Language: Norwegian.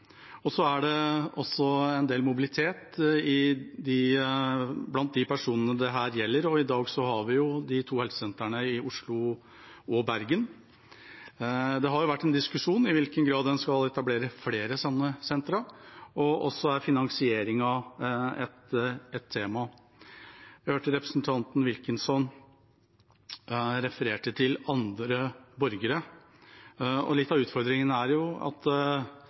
er også en del mobilitet blant de personene dette gjelder, og i dag har vi de to helsesentrene i Oslo og i Bergen. Det har vært en diskusjon om i hvilken grad en skal etablere flere slike sentre, og så er finansieringen et tema. Representanten Wilkinson refererte til andre borgere. Litt av utfordringen er jo at